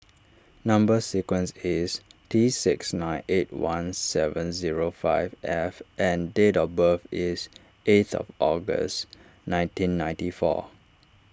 Number Sequence is T six nine eight one seven zero five F and date of birth is eighth of August nineteen ninety four